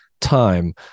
time